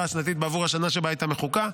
השנתית בעבור השנה שבה היא הייתה מחוקה,